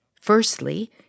Firstly